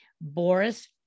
Boris